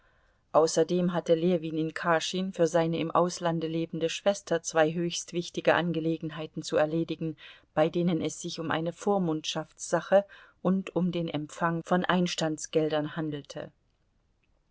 außerdem hatte ljewin in kaschin für seine im auslande lebende schwester zwei höchst wichtige angelegenheiten zu erledigen bei denen es sich um eine vormundschaftssache und um den empfang von einstandsgeldern handelte